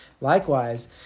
Likewise